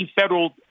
federal